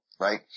right